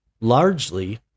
largely